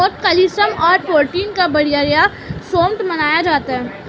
मोठ कैल्शियम और प्रोटीन का बढ़िया स्रोत माना जाता है